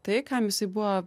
tai kam jisai buvo